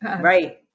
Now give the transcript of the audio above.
Right